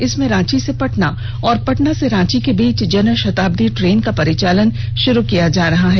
इसमें रांची से पटना और पटना से रांची के बीच जन शताब्दी ट्रेन का परिचालन भी शुरू किया जा रहा है